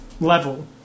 level